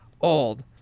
old